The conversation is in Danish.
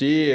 Kan